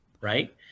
right